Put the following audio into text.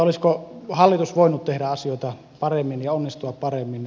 olisiko hallitus voinut tehdä asioita paremmin ja onnistua paremmin